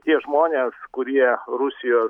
tie žmonės kurie rusijos